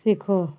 सीखो